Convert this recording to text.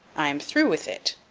i am through with it.